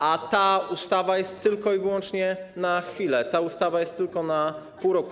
A ta ustawa jest tylko i wyłącznie na chwilę, ta ustawa jest tylko na pół roku.